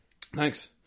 thanks